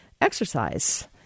exercise